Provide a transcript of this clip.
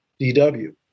DW